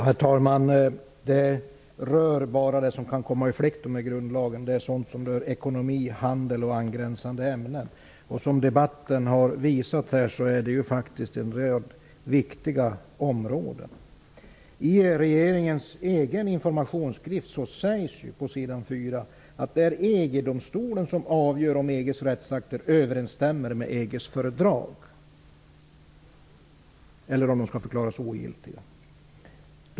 Herr talman! Det gäller bara det som kan komma i konflikt med grundlagar. Det gäller ekonomi, handel och angränsande områden. Som debatten har visat här är det viktiga områden. I regeringens egen informationsskrift sägs på s. 4 att det är EG domstolen som avgör om EG:s rättsakter överensstämmer med EG:s fördrag eller om de skall förklaras ogiltiga.